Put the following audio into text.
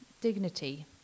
dignity